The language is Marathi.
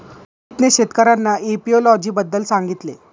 मोहितने शेतकर्यांना एपियोलॉजी बद्दल सांगितले